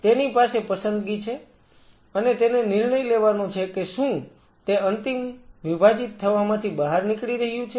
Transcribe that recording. તેની પાસે પસંદગી છે અને તેને નિર્ણય લેવાનો છે કે શું તે અંતમાં વિભાજીત થવામાંથી બહાર નીકળી રહ્યું છે